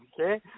okay